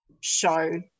show